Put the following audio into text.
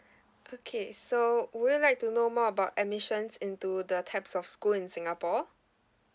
okay so would you like to know more about admissions into the types of school in singapore